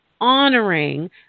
honoring